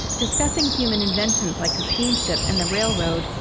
discussing human inventions, like the steamship and the railroad,